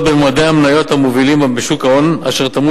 במדדי המניות המובילים בשוק ההון אשר תרמו